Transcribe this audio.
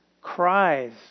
cries